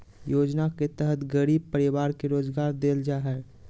योजना के तहत गरीब परिवार के रोजगार देल जा हइ